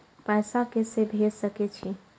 पैसा के से भेज सके छी?